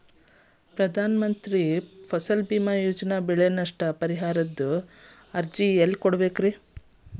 ಪ್ರಧಾನ ಮಂತ್ರಿ ಫಸಲ್ ಭೇಮಾ ಯೋಜನೆ ಬೆಳೆ ನಷ್ಟ ಪರಿಹಾರದ ಅರ್ಜಿನ ಎಲ್ಲೆ ಕೊಡ್ಬೇಕ್ರಿ?